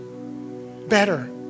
Better